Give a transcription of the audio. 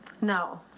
No